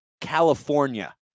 California